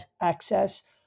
access